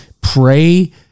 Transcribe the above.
pray